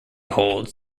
holds